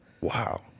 Wow